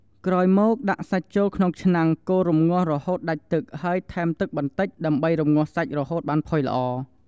ក្រោយមក ដាក់សាច់ចូលក្នុងឆ្នាំងកូររំងាស់រហូតដាច់ទឹកហើយថែមទឹកបន្តិចដើម្បីរំងាស់សាច់រហូតបានផុយល្អ។